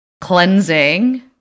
cleansing